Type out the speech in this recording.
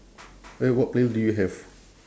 eh what playlist do you have